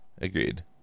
Agreed